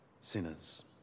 sinners